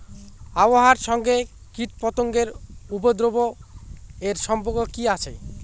আবহাওয়ার সঙ্গে কীটপতঙ্গের উপদ্রব এর সম্পর্ক কি আছে?